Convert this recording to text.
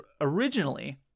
originally